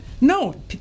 no